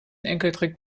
enkeltrick